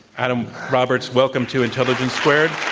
adam roberts, welcome to intelligence squared.